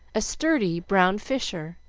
a sturdy brown fisher,